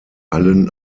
allen